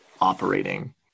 operating